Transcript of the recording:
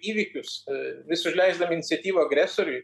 įvykius vis užleisdami iniciatyvą agresoriui